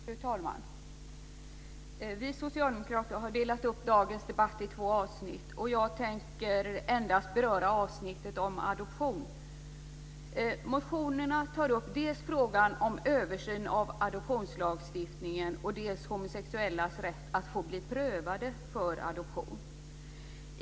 Fru talman! Vi socialdemokrater har delat upp dagens debatt i två avsnitt, och jag tänker endast beröra avsnittet om adoption. Motionerna tar upp dels frågan om översyn av adoptionslagstiftningen, dels frågan om homosexuellas rätt att få bli prövade för adoption.